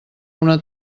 una